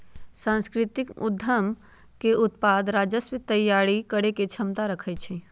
सांस्कृतिक उद्यम के उत्पाद राजस्व तइयारी करेके क्षमता रखइ छै